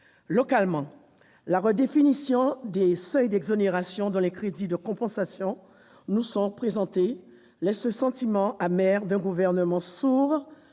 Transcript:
Localement, la redéfinition des seuils d'exonération, dont les crédits de compensation nous sont présentés, laisse le sentiment amer d'un gouvernement sourd